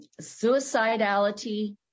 suicidality